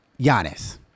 Giannis